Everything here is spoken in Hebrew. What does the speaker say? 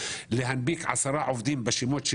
להנפיק עשרה עובדים בשמותיהם